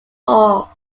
fall